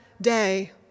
day